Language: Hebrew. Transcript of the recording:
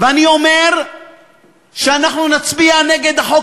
ואני אומר שאנחנו נצביע נגד החוק,